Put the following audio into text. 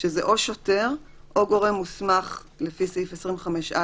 שזה או שוטר או גורם מוסמך לפי סעיף 25(א)(2).